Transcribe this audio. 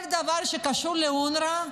כל דבר שקשור לאונר"א,